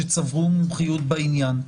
שצברו מומחיות בעניין.